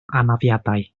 anafiadau